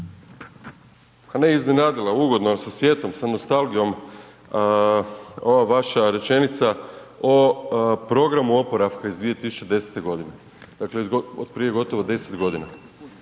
ne iznenadilo ugodno ali sa sjetom, nostalgijom ova vaša rečenica o programu oporavka iz 2010. g., dakle od prije gotovo 10 g.